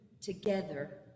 together